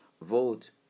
vote